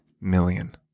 million